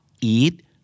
eat